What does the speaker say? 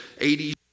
80s